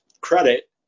credit